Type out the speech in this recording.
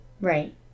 Right